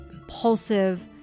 impulsive